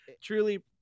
Truly